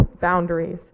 boundaries